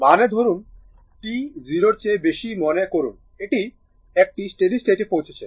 মানে ধরুন t 0 এর বেশি মনে করুন এটি একটি স্টেডি স্টেট পৌঁছেছে